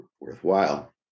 worthwhile